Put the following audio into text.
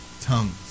tongues